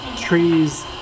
trees